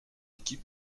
équipe